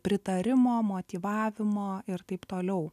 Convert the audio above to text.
pritarimo motyvavimo ir taip toliau